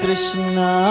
Krishna